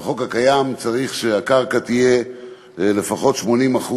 בחוק הקיים צריך שלפחות 80%